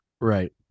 Right